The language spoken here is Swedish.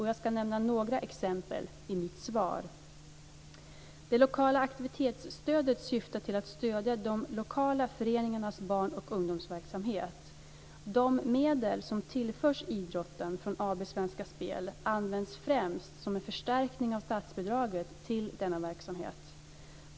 Jag ska nämna några exempel i mitt svar. Det lokala aktivitetsstödet syftar till att stödja de lokala föreningarnas barn och ungdomsverksamhet. De medel som tillförs idrotten från AB Svenska Spel används främst som en förstärkning av statsbidraget till denna verksamhet.